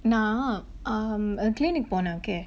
நா:naa um clinic போனே:ponae okay